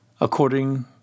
according